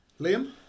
Liam